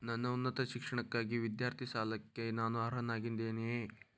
ನನ್ನ ಉನ್ನತ ಶಿಕ್ಷಣಕ್ಕಾಗಿ ವಿದ್ಯಾರ್ಥಿ ಸಾಲಕ್ಕೆ ನಾನು ಅರ್ಹನಾಗಿದ್ದೇನೆಯೇ?